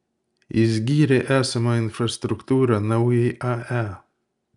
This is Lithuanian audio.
jis gyrė esamą infrastruktūrą naujai ae